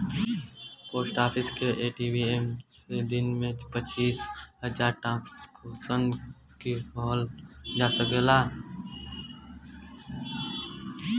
post office के ATM से दिन में पचीस हजार ट्रांसक्शन किहल जा सकला